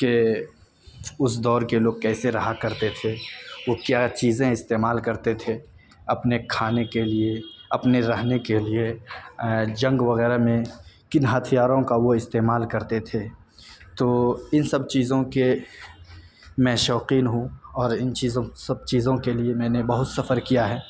کہ اس دور کے لوگ کیسے رہا کرتے تھے وہ کیا چیزیں استعمال کرتے تھے اپنے کھانے کے لیے اپنے رہنے کے لیے جنگ وغیرہ میں کن ہتھیاروں کا وہ استعمال کرتے تھے تو ان سب چیزوں کے میں شوقین ہوں اور ان چیزوں سب چیزوں کے لیے میں نے بہت سفر کیا ہے